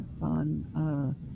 on